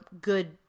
good